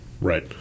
Right